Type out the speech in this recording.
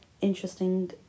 interesting